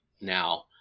now